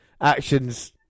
action's